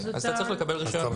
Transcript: אז אתה צריך לקבל רישיון,